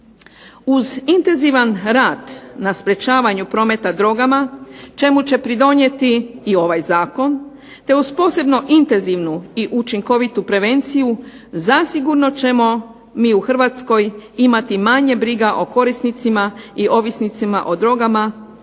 Uz intenzivan rad na sprečavanju prometa drogama, čemu će pridonijeti i ovaj zakon, te uz posebno intenzivnu i učinkovitu prevenciju zasigurno ćemo mi u Hrvatskoj imati manje briga o korisnicima i ovisnicima o drogama